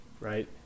right